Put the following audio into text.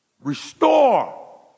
restore